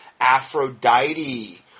Aphrodite